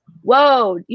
whoa